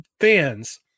fans